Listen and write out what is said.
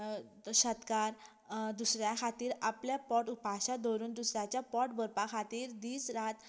शेतकार दुसऱ्यां खातीर आपलें पोट उपाशीं दवरून दुसऱ्यांचें पोट भरपा खातीर दीस रात